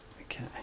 okay